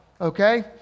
okay